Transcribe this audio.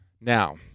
now